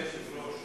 אדוני היושב-ראש,